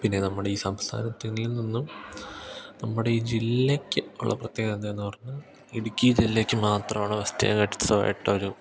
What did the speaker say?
പിന്നെ നമ്മുടെ ഈ സംസ്ഥാനത്തിൽ നിന്നും നമ്മുടെ ഈ ജില്ലക്ക് ഉള്ള പ്രത്യേകത എന്താന്ന് പറഞ്ഞാൽ ഇടുക്കി ജില്ലക്ക് മാത്രമാണ് വെസ്റ്റേൺ ഗട്ട്സുമായിട്ടൊരു